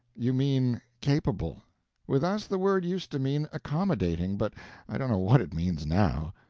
you mean capable with us the word used to mean accommodating, but i don't know what it means now.